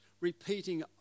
repeating